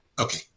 Okay